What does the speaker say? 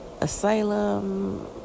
asylum